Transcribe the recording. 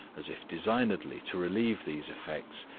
as if designedly to relieve these effects,